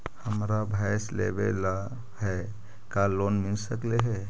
हमरा भैस लेबे ल है का लोन मिल सकले हे?